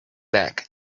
back